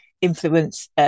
influence